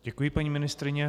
Děkuji, paní ministryně.